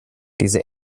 diese